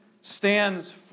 stands